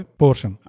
portion